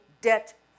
debt